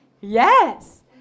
Yes